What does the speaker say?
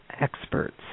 experts